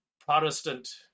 protestant